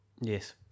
Yes